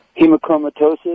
hemochromatosis